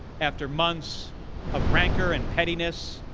after months of rancor and pettiness,